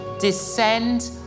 descend